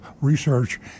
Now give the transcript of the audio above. research